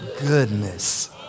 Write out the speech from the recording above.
goodness